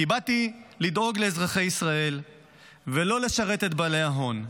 כי באתי לדאוג לאזרחי ישראל ולא לשרת את בעלי ההון.